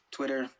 Twitter